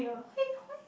why why